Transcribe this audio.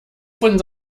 von